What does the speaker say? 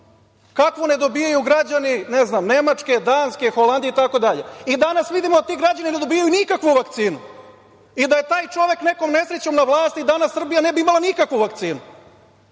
kakvu ne dobijaju građani, ne znam, Nemačke, Danske, Holandije itd, i danas vidimo da ti građani ne dobijaju nikakvu vakcinu i da je taj čovek nekom nesrećom na vlasti danas Srbija ne bi imala nikakvu vakcinu.E